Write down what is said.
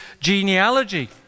genealogy